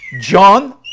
John